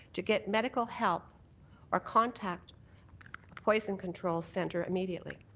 to get medical help or contact poison control centre immediately.